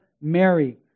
Mary